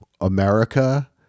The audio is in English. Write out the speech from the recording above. America